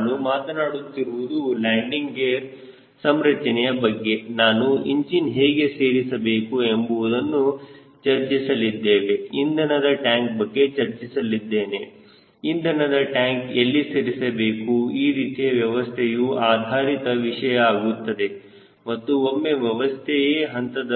ನಾನು ಮಾತನಾಡುತ್ತಿರುವುದು landing gear ಸಂರಚನೆಯ ಬಗ್ಗೆ ನಾನು ಇಂಜಿನ್ ಹೇಗೆ ಸೇರಿಸಬೇಕು ಎಂಬುವುದನ್ನು ಚರ್ಚಿಸಲಿದ್ದೇವೆ ಇಂಧನದ ಟ್ಯಾಂಕ್ ಬಗ್ಗೆ ಚರ್ಚಿಸಿದ್ದೇನೆ ಇಂಧನದ ಟ್ಯಾಂಕ್ ಎಲ್ಲಿ ಸೇರಿಸಬೇಕು ಈ ರೀತಿಯ ವ್ಯವಸ್ಥೆಯನ್ನು ಆಧಾರಿತ ವಿಷಯ ಆಗುತ್ತವೆ ಮತ್ತು ಒಮ್ಮೆ ವ್ಯವಸ್ಥೆಯೇ ಹಂತದ